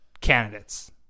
candidates